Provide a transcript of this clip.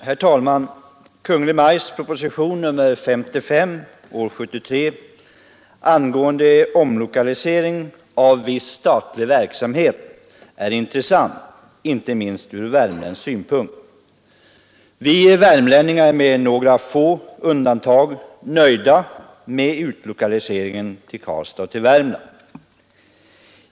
Herr talman! Kungl. Maj:ts proposition 55 år 1973 angående omlokalisering av viss statlig verksamhet är intressant inte minst från värmländsk synpunkt. Vi värmlänningar är med några få undantag nöjda med utlokaliseringen till Karlstad och till Värmland.